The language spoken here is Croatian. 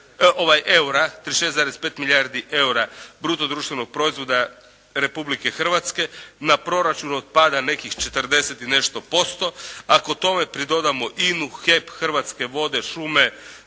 36,5 milijardi eura bruto društvenog proizvoda Republike Hrvatske na proračun otpada nekih 40 i nešto posto. Ako tome pridodamo Inu, HEP, Hrvatske vode, šume,